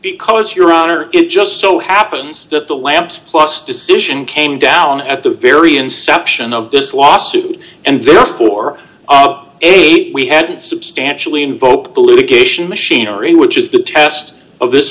because your honor it just so happens that the lamps plus decision came down at the very inception of this lawsuit and therefore eight we had substantially invoked the litigation machinery which is the test of this